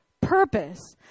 purpose